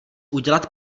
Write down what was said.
udělat